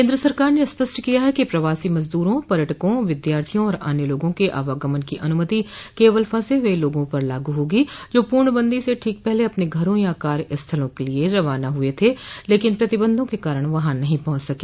केन्द्र सरकार ने स्पष्ट किया है कि प्रवासी मजदूरों पर्यटकों विद्यार्थियों और अन्य लोगों के आवागमन की अनुमति केवल फंसे हुए लोगों पर लागू होगी जो पूर्णबंदी से ठीक पहले अपने घरों या कार्यस्थलों के लिए रवाना हुए थे लेकिन प्रतिबंधों के कारण वहां नहीं पहुंच सके